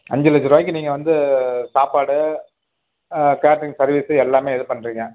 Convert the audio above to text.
அஞ்சு லட்ச ரூபாய்க்கி நீங்கள் வந்து சாப்பாடு ஆ கேட்ரிங் சர்வீஸு எல்லாமே இது பண்ணுறீங்க